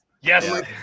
Yes